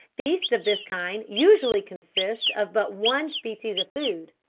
feasts of this kind usually consist of but one species of food,